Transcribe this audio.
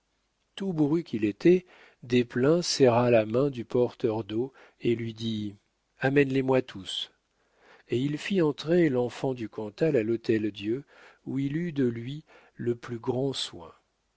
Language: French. tout bourru qu'il était desplein serra la main du porteur d'eau et lui dit amène les moi tous et il fit entrer l'enfant du cantal à l'hôtel-dieu où il eut de lui le plus grand soin